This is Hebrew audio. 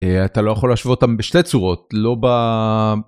אתה לא יכול לשווה אותם בשתי צורות לא ב.